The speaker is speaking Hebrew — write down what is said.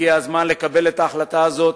הגיע הזמן לקבל את ההחלטה הזאת,